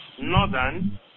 northern